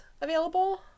available